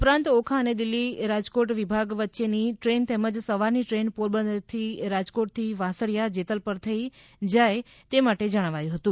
ઉપરાંત ઓખા અને દિલ્ફી રાજકોટ વિભાગ વચ્ચેની ટ્રેન તેમજ સવારની ટ્રેન પોરબંદરથી રાજકોટથી વાસળીયા જેતલસર થઈ જાય તે માટે જણાવ્યુ હતુ